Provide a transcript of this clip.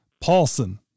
paulson